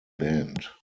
band